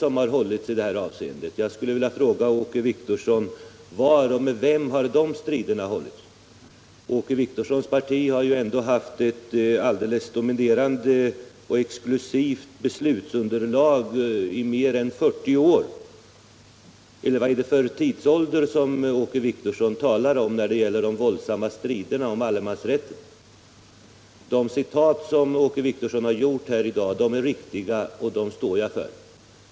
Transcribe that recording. Var och med vem har de striderna utkämpats? Åke Wictorssons parti har ju ändå haft ett alldeles dominerande och exklusivt beslutsunderlag i mer än 40 år. Vilken tidsålder talar Åke Wictorsson om när det gäller de våldsamma striderna om allemansrätten? De citat Åke Wictorsson återgett här i dag är riktiga, och dem står jag för.